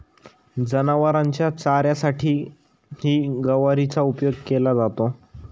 जनावरांच्या चाऱ्यासाठीही गवारीचा उपयोग केला जातो